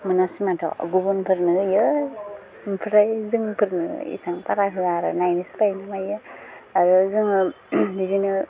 मोनासै माथो गुबुनफोरनो होयो ओमफ्राय जोंफोरनो एसेबां बारा होआ आरो नायनोसो बायो ना मायो आरो जोङो बिदिनो